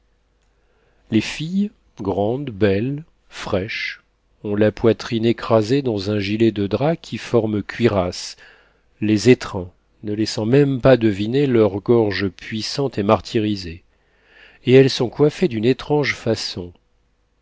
les filles grandes belles fraîches ont la poitrine écrasée dans un gilet de drap qui forme cuirasse les étreint ne laissant même pas deviner leur gorge puissante et martyrisée et elles sont coiffées d'une étrange façon